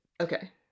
Okay